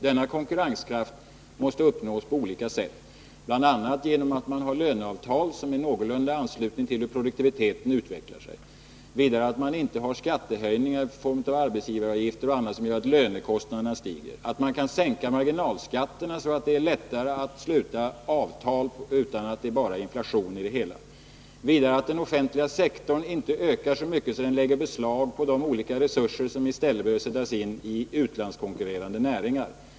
Denna konkurrenskraft måste uppnås på olika sätt, bl.a. genom löneavtal som någorlunda ansluter sig till utvecklingen av produktiviteten, vidare att man inte genomför höjningar när det gäller arbetsgivaravgifter och annat som medför att lönekostnaderna stiger. Dessutom måste marginalskatterna sänkas, så att det blir lättare att sluta avtal utan att det bara blir inflation. Den offentliga sektorn får inte heller öka så mycket att den lägger beslag på de olika resurser som i stället behöver sättas in i utlandskonkurrerande näringar.